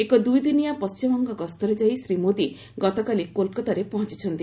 ଏକ ଦୁଇଦିନିଆ ପଶ୍ଚିମବଙ୍ଗ ଗସ୍ତରେ ଯାଇ ଶ୍ରୀ ମୋଦି ଗତକାଲି କୋଲକାତାରେ ପହଞ୍ଚ ଛନ୍ତି